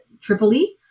Tripoli